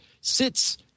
sits